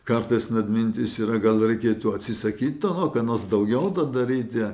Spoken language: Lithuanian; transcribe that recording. kartais net mintis yra gal reikėtų atsisakyti to ką nors daugiau daryti